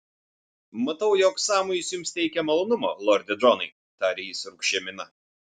matau jog sąmojis jums teikia malonumo lorde džonai tarė jis rūgščia mina